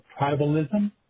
Tribalism